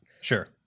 sure